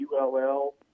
ULL